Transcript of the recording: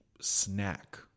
snack